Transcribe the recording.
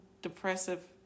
depressive